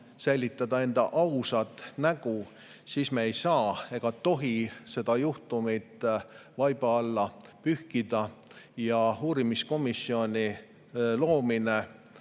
säilitada enda ausat nägu, siis me ei saa ega tohi seda juhtumit vaiba alla pühkida. Uurimiskomisjoni loomine